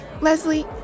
Leslie